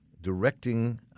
directing